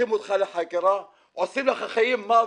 לוקחים אותך לחקירה, עושים לך את המוות,